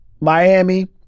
Miami